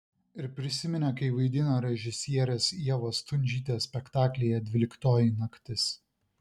ir prisiminė kai vaidino režisierės ievos stundžytės spektaklyje dvyliktoji naktis